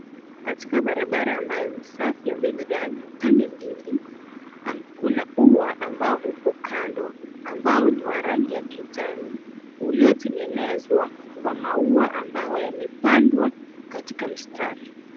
Katika barabara ambayo ni safi ambayo imegawanyishwa katika pande mbili. Kuna ua ambao uko kando ambao ni wa rangi ya kijani uliotengenezwa kwa maua ambayo yamepandwa katika mstari.